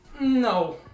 no